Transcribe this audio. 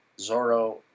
zoro